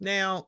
Now